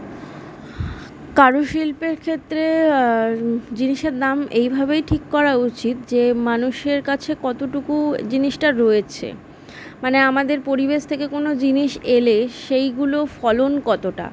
কারুশিল্পের ক্ষেত্রে জিনিসের দাম এইভাবেই ঠিক করা উচিত যে মানুষের কাছে কতটুকু জিনিসটা রয়েছে মানে আমাদের পরিবেশ থেকে কোনো জিনিস এলে সেইগুলো ফলন কতোটা